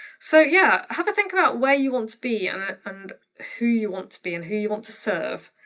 so yeah. have a think about where you want to be. and ah and who you want to be and who you want to serve.